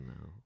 No